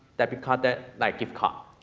debit card that, like gift card,